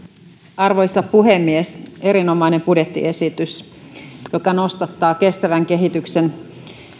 arvoisa puhemies erinomainen budjettiesitys joka nostattaa kestävän kehityksen